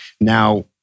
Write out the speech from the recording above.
Now